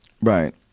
Right